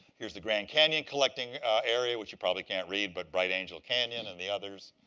here's the grand canyon collecting area, which you probably can't read, but bright angel canyon and the others.